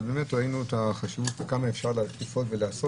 אבל באמת ראינו את החשיבות וכמה אפשר להקיף עוד ולעשות